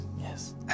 Yes